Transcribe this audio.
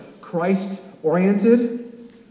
Christ-oriented